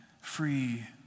free